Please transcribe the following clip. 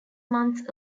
months